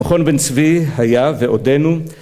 מכון בן צבי היה ועודנו